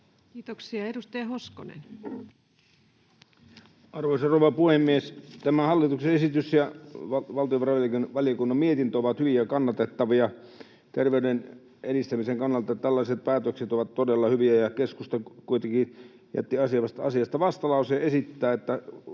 Time: 18:50 Content: Arvoisa rouva puhemies! Tämä hallituksen esitys ja valtiovarainvaliokunnan mietintö ovat hyviä ja kannatettavia. Terveyden edistämisen kannalta tällaiset päätökset ovat todella hyviä. Keskusta kuitenkin jätti asiasta vastalauseen ja esittää, että